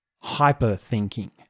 hyper-thinking